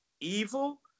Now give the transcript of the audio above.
evil